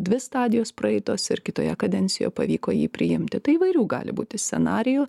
dvi stadijos praeitos ir kitoje kadencijoje pavyko jį priimti tai įvairių gali būti scenarijų